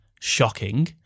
shocking